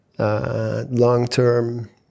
long-term